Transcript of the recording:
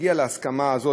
שהגיעה להסכמה הזאת,